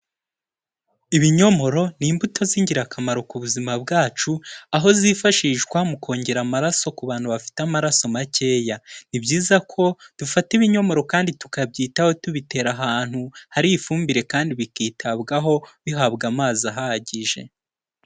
Ibinyomoro ni imbuto z'ingirakamaro ku buzima bwacu, aho zifashishwa mu kongera amaraso ku bantu bafite amaraso makeya. Ni byiza ko dufata ibinyomoro kandi tukabyitaho tubitera ahantu hari ifumbire kandi bikitabwaho bihabwa amazi ahagije.